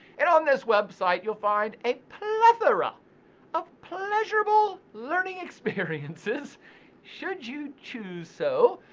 and on this website you'll find a plethora of pleasurable learning experiences should you choose so.